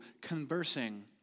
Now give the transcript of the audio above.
conversing